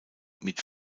mit